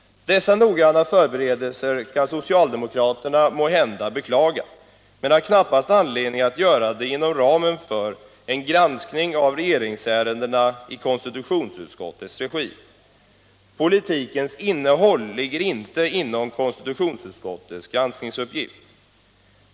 Dessa noggranna förberedelser kan socialdemokraterna måhända beklaga, men de har knappast anledning att göra det inom ramen för en granskning av regeringsärendena i konstitutionsutskottets regi. Politikens innehåll ligger inte inom konstitutionsutskottets granskningsuppgift.